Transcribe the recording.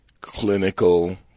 clinical